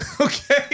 Okay